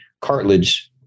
cartilage